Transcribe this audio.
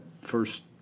first